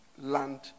land